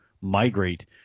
migrate